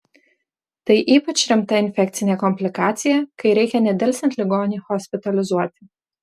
tai ypač rimta infekcinė komplikacija kai reikia nedelsiant ligonį hospitalizuoti